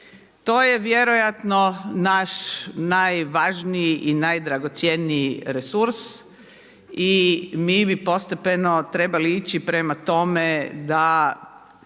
To je vjerojatno naš najvažniji i najdragocjeniji resurs i mi bi postepeno trebali ići prema tome da